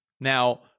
Now